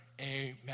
amen